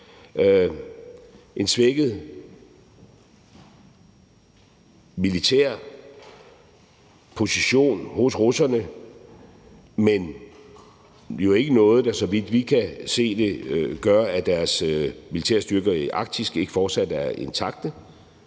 en svækket militær position hos russerne, men jo ikke noget, der, så vidt vi kan se, gør, at deres militære styrker i Arktis ikke fortsat er intakte,